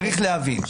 צריך להבין,